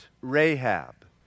Rahab